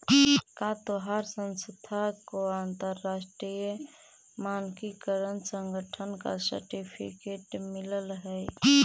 का तोहार संस्था को अंतरराष्ट्रीय मानकीकरण संगठन का सर्टिफिकेट मिलल हई